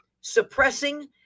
suppressing